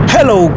Hello